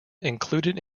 included